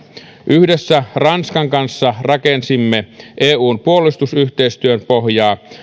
yhdessä ranskan kanssa rakensimme eun puolustusyhteistyön pohjaa